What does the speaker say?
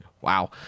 Wow